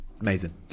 Amazing